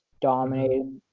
dominated